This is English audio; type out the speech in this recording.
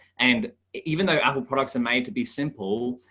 and even though apple products are made to be simple,